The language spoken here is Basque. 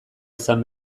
izan